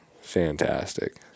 fantastic